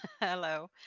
hello